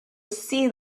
sea